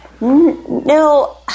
No